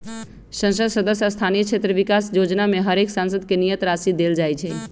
संसद सदस्य स्थानीय क्षेत्र विकास जोजना में हरेक सांसद के नियत राशि देल जाइ छइ